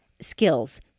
skills